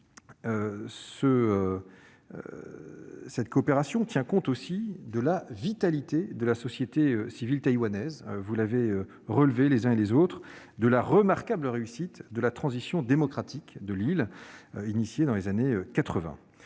Cette coopération tient compte aussi de la vitalité de la société civile taïwanaise, vous l'avez relevé les uns et les autres, de la remarquable réussite de la transition démocratique de l'île initiée dans les années 1980.